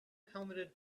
helmeted